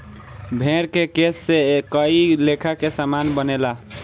भेड़ के केश से कए लेखा के सामान बनेला